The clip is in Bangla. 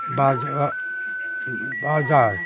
বাজা বাজাজ